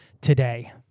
today